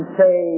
say